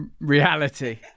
reality